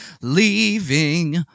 leaving